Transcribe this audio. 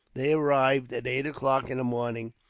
they arrived, at eight o'clock in the morning,